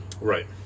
Right